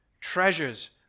treasures